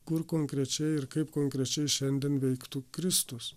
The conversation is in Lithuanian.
kur konkrečiai ir kaip konkrečiai šiandien veiktų kristus